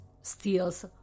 steals